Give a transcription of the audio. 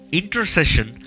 intercession